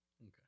Okay